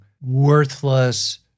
worthless